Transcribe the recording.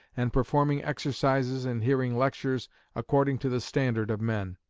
and performing exercises and hearing lectures according to the standard of men.